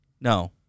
No